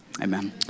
Amen